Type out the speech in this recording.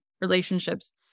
relationships